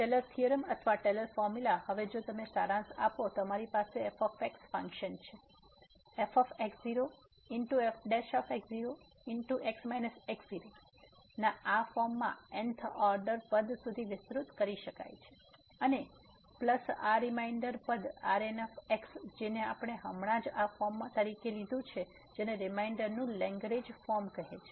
Taylor theorem અથવા Taylor formula હવે જો તમે સારાંશ આપો તો અમારી પાસે f ફંક્શન છે જે ffx0x x0 ના આ ફોર્મમાં n th ઓર્ડેર પદ સુધી વિસ્તૃત કરી શકાય છે અને પ્લસ આ રીમાઇન્ડર પદ Rnx જેને આપણે હમણાં જ આ ફોર્મ તરીકે લીધું છે જેને રીમાઇન્ડર નું લેગ્રેંજ ફોર્મ કહે છે